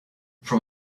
from